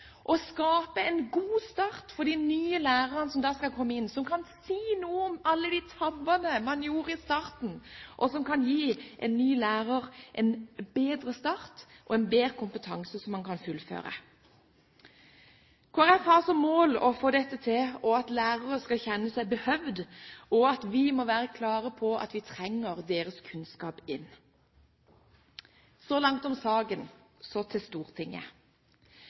å skape en god start for de nye lærerne som skal komme inn. De kan si noe om alle de tabbene man gjorde i starten, og de kan gi en ny lærer en bedre start og en bedre kompetanse som man kan fullføre. Kristelig Folkeparti har som mål å få dette til, at lærere skal kjenne at det er behov for dem, og vi må være klare på at vi trenger deres kunnskap. Så langt om saken. Så til Stortinget: